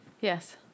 Yes